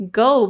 Go